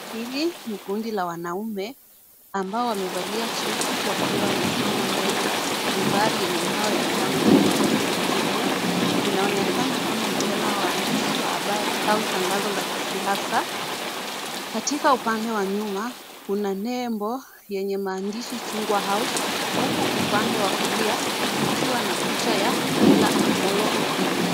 Hili ni kundi la wanaume ambao wamevalia suti wakiwa wamesimama mbele ya mimbari yenye mbao ya chama cha kisiasa cha ODM. Inaonekana kama mkutano wa waandishi wa habari au tangazo la kisiasa. Katika upande wa nyuma kuna nembo yenye maandishi Chungwa House huku upande wa kulia kukiwa na picha ya Raila Amollo Odinga.